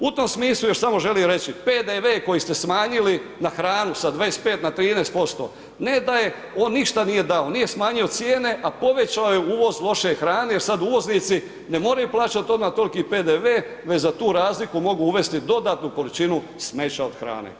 U tom smislu još samo želim reći, PDV koji ste smanjili na hranu s 25 na 13% ne da je, on ništa nije dao, nije smanjio cijene, a povećao je uvoz loše hrane jer sad uvoznici ne moraju plaćati odmah toliki PDV već za tu razliku mogu uvesti dodatnu količinu smeća od hrane.